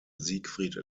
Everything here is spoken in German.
siegfried